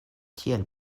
tiel